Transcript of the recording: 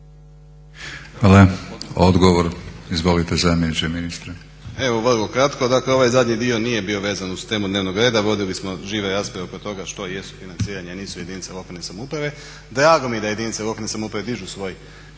Hvala. Odgovor. Izvolite zamjeniče ministra.